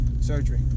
surgery